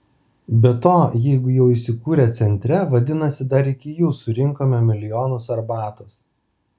be to jeigu jau įsikūrę centre vadinasi dar iki jų surinkome milijonus arbatos